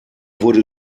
wurde